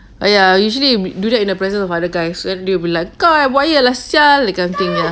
uh ya usually y~ do that in the presence of other guys then they'll be like kau yang buaya lah sia